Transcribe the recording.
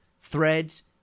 threads